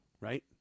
right